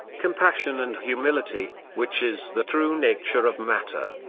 compassion and humility, which is the true nature of matter.